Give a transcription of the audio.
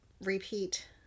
repeat